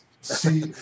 See